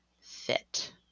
Fit